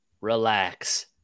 relax